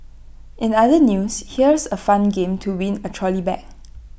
in other news here's A fun game to win A trolley bag